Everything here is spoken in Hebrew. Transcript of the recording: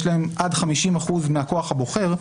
יש להם עד 50% מהכוח הבוחר,